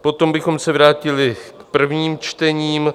Potom bychom se vrátili k prvním čtením.